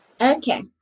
Okay